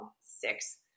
six